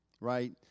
right